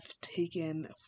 taken